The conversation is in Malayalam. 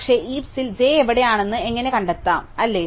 പക്ഷേ ഹീപ്സിൽ j എവിടെയാണെന്ന് എങ്ങനെ കണ്ടെത്താം അല്ലേ